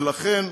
ולכן,